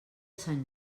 sant